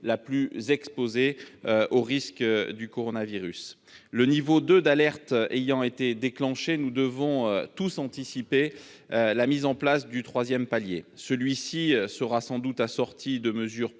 la plus exposée aux risques du coronavirus. Le niveau 2 d'alerte ayant été déclenché, nous devons tous anticiper la mise en place du troisième palier. Celui-ci sera sans doute assorti de mesures